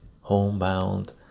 homebound